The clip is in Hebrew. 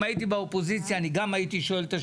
הייתי באופוזיציה גם אני הייתי שואל.